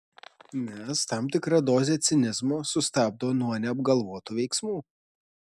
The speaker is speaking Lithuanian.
nes tam tikra dozė cinizmo sustabdo nuo neapgalvotų veiksmų